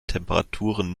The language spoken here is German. temperaturen